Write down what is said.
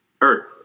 earth